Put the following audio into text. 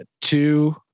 two